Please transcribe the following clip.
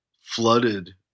flooded